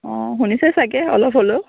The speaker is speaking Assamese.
অঁ শুনিছে চাগে অলপ হ'লেও